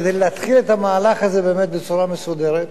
כדי להתחיל את המהלך הזה באמת בצורה מסודרת,